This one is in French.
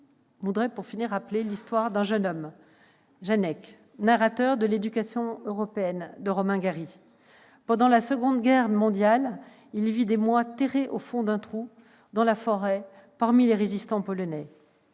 de vous rappeler l'histoire d'un jeune homme, Janek, le narrateur d', de Romain Gary. Pendant la Seconde Guerre mondiale, il vit des mois terré au fond d'un trou, dans la forêt, parmi les résistants polonais.